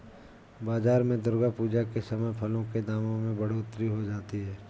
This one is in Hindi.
बाजार में दुर्गा पूजा के समय फलों के दामों में बढ़ोतरी हो जाती है